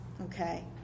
Okay